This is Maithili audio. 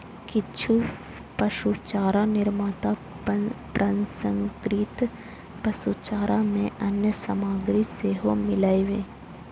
किछु पशुचारा निर्माता प्रसंस्कृत पशुचारा मे अन्य सामग्री सेहो मिलबै छै